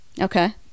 Okay